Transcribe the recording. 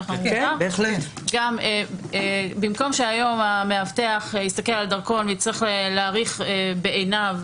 כך שבמקום שהיום המאבטח יסתכל על הדרכון ויצטרך להעריך בעיניו,